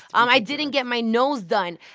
um i didn't get my nose done.